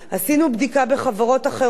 עשינו בדיקה בחברות אחרות,